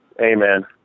Amen